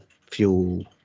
fuel